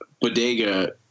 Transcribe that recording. bodega